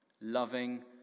loving